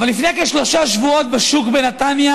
אבל לפני כשלושה שבועות התרחש